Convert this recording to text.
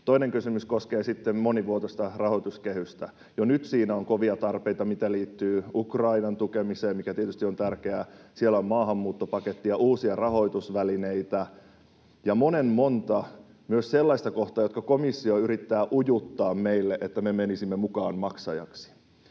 Toinen kysymys koskee sitten monivuotista rahoituskehystä: Jo nyt siinä on kovia tarpeita, mitä liittyy Ukrainan tukemiseen, mikä tietysti on tärkeää, siellä on maahanmuuttopaketti ja uusia rahoitusvälineitä ja monen monta myös sellaista kohtaa, jotka komissio yrittää ujuttaa meille, että me menisimme mukaan maksajaksi.